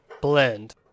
Blend